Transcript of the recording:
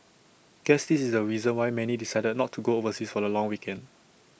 guess is the reason why many decided not to go overseas for the long weekend